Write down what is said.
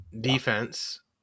defense